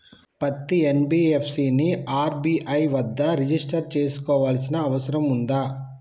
పత్తి ఎన్.బి.ఎఫ్.సి ని ఆర్.బి.ఐ వద్ద రిజిష్టర్ చేసుకోవాల్సిన అవసరం ఉందా?